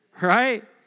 right